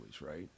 right